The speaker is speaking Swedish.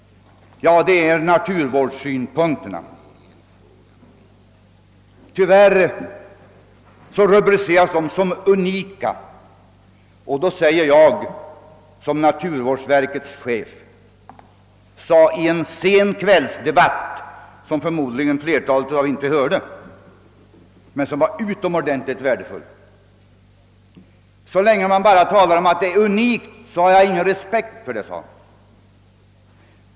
Ja, det är naturvårdssynpunkterna. Tyvärr rubriceras dessa såsom unika. Jag säger då — vilket även naturvårdsverkets chef framhöll i en sen kvällsdebatt, som flertalet ledamöter förmodligen inte hörde men som var utomordentligt värdefull — att så länge man bara talar om att de är unika, har jag ingen respekt för dem.